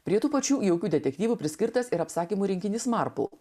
prie tų pačių jaukių detektyvų priskirtas ir apsakymų rinkinys marku